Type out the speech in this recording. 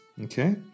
okay